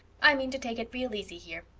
i mean to take it real easy here.